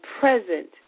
present